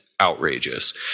outrageous